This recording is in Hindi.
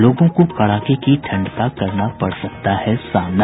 लोगों को कड़ाके की ठंड का करना पड़ सकता है सामना